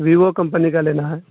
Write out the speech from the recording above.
Vivo company کا لینا ہے